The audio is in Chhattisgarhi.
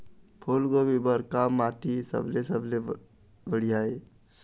फूलगोभी बर का माटी सबले सबले बढ़िया ये?